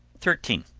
thirteen.